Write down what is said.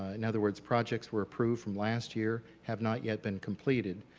ah in other words projects were approved from last year have not yet been completed,